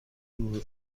دور